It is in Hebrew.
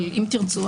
אבל אם תרצו,